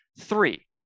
three